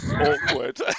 awkward